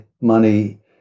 money